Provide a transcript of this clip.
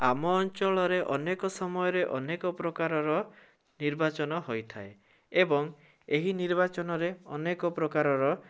ଆମ ଅଞ୍ଚଳରେ ଅନେକ ସମୟରେ ଅନେକ ପ୍ରକାରର ନିର୍ବାଚନ ହୋଇଥାଏ ଏବଂ ଏହି ନିର୍ବାଚନରେ ଅନେକ ପ୍ରକାରର